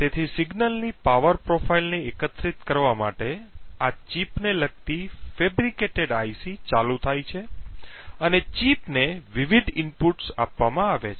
તેથી સિગ્નલની પાવર પ્રોફાઇલને એકત્રિત કરવા માટે આ ચિપને લગતી બનાવટી IC ચાલુ થાય છે અને ચિપને વિવિધ ઇનપુટ્સ આપવામાં આવે છે